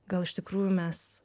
gal iš tikrųjų mes